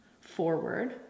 forward